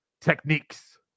techniques